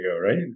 right